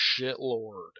shitlord